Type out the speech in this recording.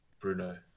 Bruno